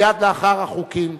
מייד לאחר החוקים.